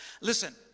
Listen